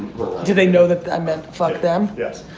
do they know that i meant fuck them? yes.